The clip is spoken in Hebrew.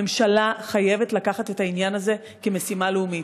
הממשלה חייבת לקחת את העניין הזה כמשימה לאומית.